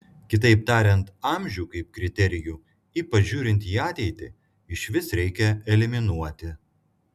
kitaip tariant amžių kaip kriterijų ypač žiūrint į ateitį išvis reikia eliminuoti